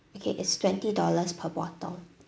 okay it's twenty dollars per bottle